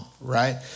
Right